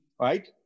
right